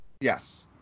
Yes